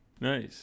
Nice